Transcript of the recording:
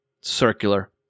circular